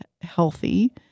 healthy